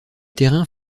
terrains